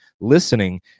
listening